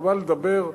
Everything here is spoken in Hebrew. חבל לדבר.